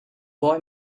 boy